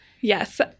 Yes